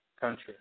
country